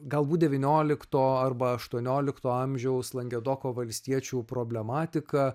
galbūt devyniolikto arba aštuoniolikto amžiaus langedoko valstiečių problematika